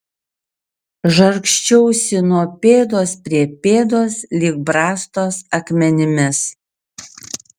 žargsčiausi nuo pėdos prie pėdos lyg brastos akmenimis